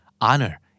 Honor